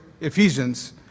Ephesians